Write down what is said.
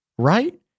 right